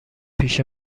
پیش